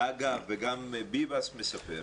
וגם ביבס מספר,